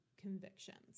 convictions